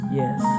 yes